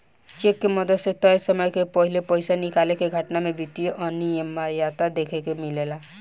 check के मदद से तय समय के पाहिले पइसा निकाले के घटना में वित्तीय अनिमियता देखे के मिलेला